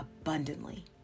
abundantly